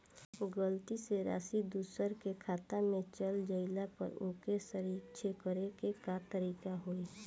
गलती से राशि दूसर के खाता में चल जइला पर ओके सहीक्ष करे के का तरीका होई?